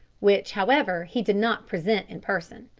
which, however, he did not present in person.